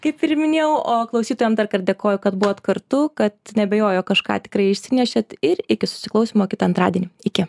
kaip ir minėjau o klausytojam darkart dėkoju kad buvot kartu kad neabejoju kažką tikrai išsinešėt ir iki susiklausymo kitą antradienį iki